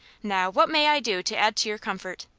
now what may i do to add to your comfort?